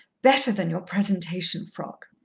better than your presentation frock.